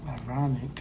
Ironic